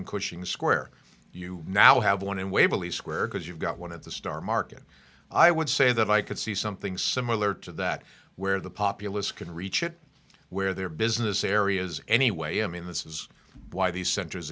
coaching square you now have one in waverly square because you've got one of the star market i would say that i could see something similar to that where the populous can reach it where their business areas anyway i mean this is why these cent